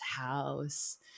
house